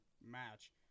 match